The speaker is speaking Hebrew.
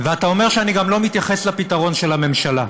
ואתה אומר שאני גם לא מתייחס לפתרון של הממשלה.